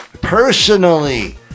personally